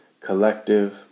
Collective